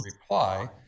reply